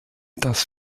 das